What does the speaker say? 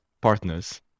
partners